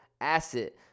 asset